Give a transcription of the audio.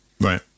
right